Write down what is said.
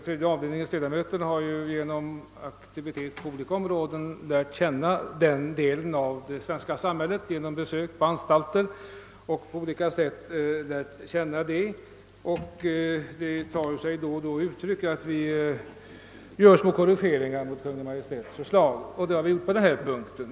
Tredje avdelningens ledamöter har ju lärt känna denna del av det svenska samhället genom besök på anstalter och genom annan aktivitet, och det tar sig då och då uttryck i att vi gör små korrigeringar i Kungl. Maj:ts förslag. Det har vi gjort också på den här punkten.